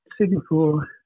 Singapore